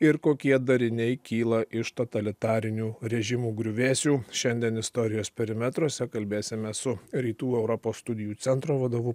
ir kokie dariniai kyla iš totalitarinių režimų griuvėsių šiandien istorijos perimetruose kalbėsimės su rytų europos studijų centro vadovu